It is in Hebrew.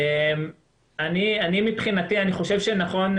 אני מבחינתי חושב שנכון,